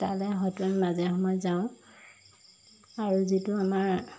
তালৈ হয়তো আমি মাজে সময় যাওঁ আৰু যিটো আমাৰ